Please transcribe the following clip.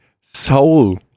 soul